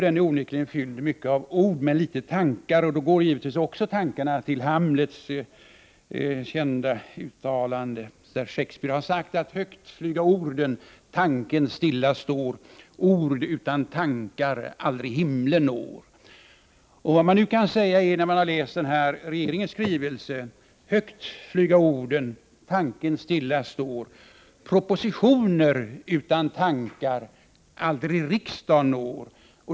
Den är onekligen fylld av många ord och få tankar, och då går givetvis också associationerna till Hamlets kända uttalande där Shakespeare säger: ”Upp flyga orden, tanken stilla står, ord utan tanke aldrig himlen når.” När man läst regeringens skrivelse kan man säga: Upp flyga orden, tanken stilla står, propositioner utan tankar aldrig riksda'n når.